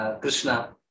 Krishna